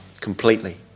completely